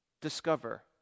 Discover